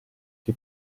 che